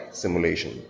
simulation